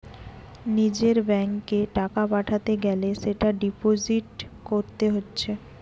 নিজের ব্যাংকে টাকা পাঠাতে গ্যালে সেটা ডিপোজিট কোরতে হচ্ছে